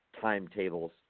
timetables